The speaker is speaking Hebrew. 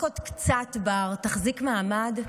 רק עוד קצת, בר, תחזיק מעמד?